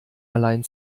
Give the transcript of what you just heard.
allein